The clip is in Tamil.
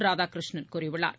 ராதாகிருஷ்ணன் கூறியுள்ளார்